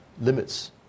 limits